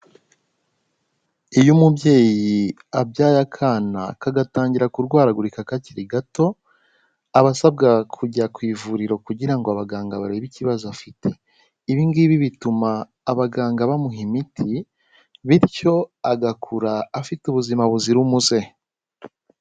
Iyo umubyeyi abyaye akana kagatangira kurwaragurika kakiri gato, aba asabwa kujya ku ivuriro kugira ngo abaganga barebe ikibazo afite, ibi ngibi bituma abaganga bamuha imiti, bityo agakura afite ubuzima buzira umuze.